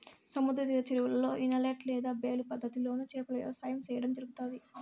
సముద్ర తీర చెరువులలో, ఇనలేట్ లేదా బేలు పద్ధతి లోను చేపల వ్యవసాయం సేయడం జరుగుతాది